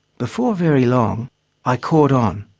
before very long i caught on.